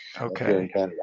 Okay